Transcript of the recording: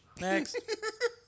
Next